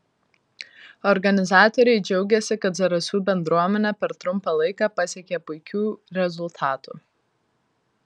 organizatoriai džiaugėsi kad zarasų bendruomenė per trumpą laiką pasiekė puikių rezultatų